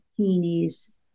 Heaney's